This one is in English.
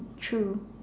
true